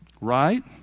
Right